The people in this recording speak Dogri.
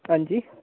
हां जी